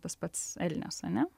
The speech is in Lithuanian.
tas pats elnias ane